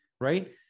right